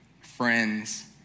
friends